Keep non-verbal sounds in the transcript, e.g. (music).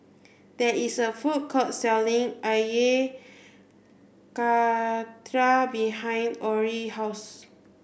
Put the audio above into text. there is a food court selling (unintelligible) Karthira behind Orie's house